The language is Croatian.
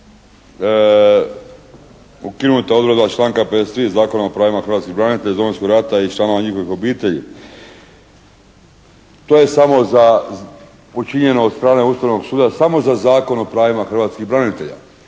ukinuta odredba članka 53. Zakona o pravima hrvatskih branitelja iz Domovinskog rata i članova njihovih obitelji. To je učinjeno od strane Ustavnog suda samo za Zakon o pravima hrvatskih branitelja.